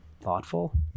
thoughtful